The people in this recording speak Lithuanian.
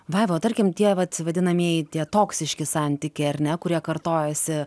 vaiva o tarkim tie vat vadinamieji tie toksiški santykiai ar ne kurie kartojasi